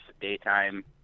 daytime